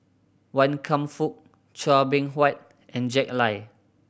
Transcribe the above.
Wan Kam Fook Chua Beng Huat and Jack Lai